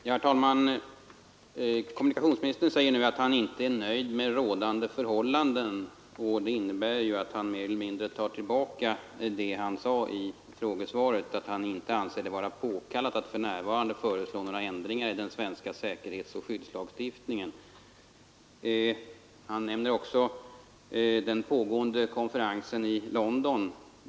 Herr talman! Kommunikationsministern säger nu att han inte är nöjd med rådande förhållanden, och det innebär att han mer eller mindre tar tillbaka det han sade i frågesvaret — att han inte anser det vara påkallat att för närvarande föreslå några ändringar i den svenska säkerhetsoch skyddslagstiftningen. Han nämner också den pågående konferensen i London.